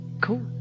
cool